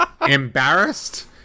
embarrassed